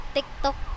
TikTok